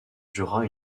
dura